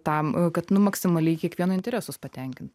tam kad nu maksimaliai kiekvieno interesus patenkint